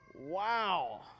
Wow